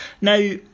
Now